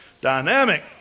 dynamic